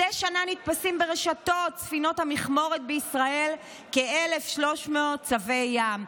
מדי שנה נתפסים ברשתות ספינות המכמורת בישראל כ-1,300 צבי ים,